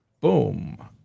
Boom